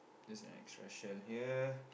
there's an extra shell here